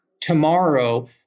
tomorrow